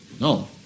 No